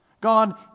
God